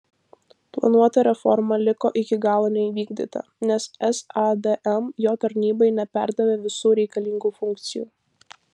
planuota reforma liko iki galo neįvykdyta nes sadm jo tarnybai neperdavė visų reikalingų funkcijų